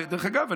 ודרך אגב,